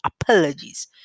Apologies